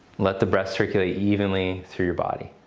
let the breaths circulate evenly through your body.